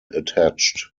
attached